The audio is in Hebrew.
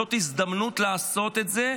זאת הזדמנות לעשות את זה,